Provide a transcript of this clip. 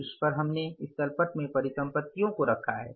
शीर्ष पर हमने इस तल पट में परिसम्पतियों को रखा है